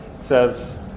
says